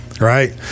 right